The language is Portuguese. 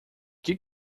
que